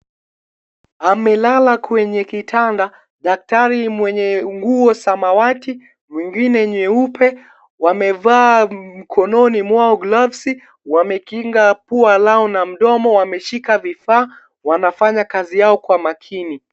Amelala kwenye kitanda, daktari mwenye nguo ya samawati nyingine nyeupe wamevaa mkononi mwao gloves wamekinga pia pua lao na mdomo wameshika vivaa wanafanya kazi yao kwa makini.